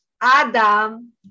Adam